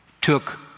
took